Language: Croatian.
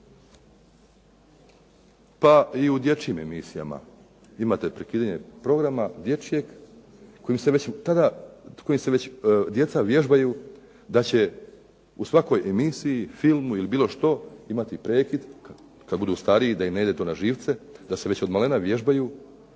Pa i u dječjim emisijama imate prekidanje programa dječjeg kojim se već tada djeca vježbaju da će u svakoj emisiji, filmu ili bilo što imati prekid kad budu stariji da im ne ide to na živce, da se već odmalena vježbaju